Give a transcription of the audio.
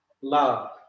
love